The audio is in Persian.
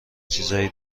چیزای